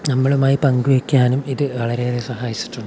നമ്മളുമായി പങ്കുവെക്കാനും ഇത് വളരെ സഹായിച്ചിട്ടുണ്ട്